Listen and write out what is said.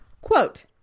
quote